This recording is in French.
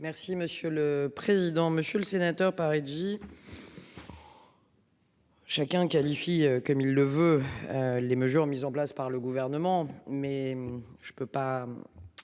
Merci monsieur le président, Monsieur le Sénateur par Heidi. Chacun qualifie comme il le veut. Les mesures mises en place par le gouvernement mais je ne peux pas.